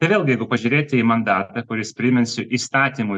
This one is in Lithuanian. tai vėl jeigu pažiūrėtį į mandatą kuris priminsiu įstatymui